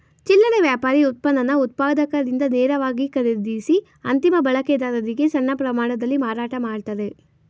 ಚಿಲ್ಲರೆ ವ್ಯಾಪಾರಿ ಉತ್ಪನ್ನನ ಉತ್ಪಾದಕರಿಂದ ನೇರವಾಗಿ ಖರೀದಿಸಿ ಅಂತಿಮ ಬಳಕೆದಾರರಿಗೆ ಸಣ್ಣ ಪ್ರಮಾಣದಲ್ಲಿ ಮಾರಾಟ ಮಾಡ್ತಾರೆ